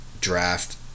draft